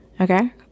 Okay